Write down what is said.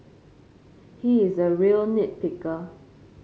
he is a real nit picker